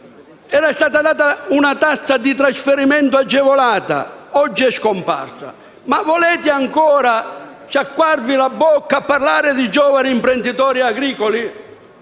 Era stata concessa una tassa di trasferimento agevolata, che oggi è scomparsa. Ma volete ancora sciacquarvi la bocca a parlare di giovani imprenditori agricoli?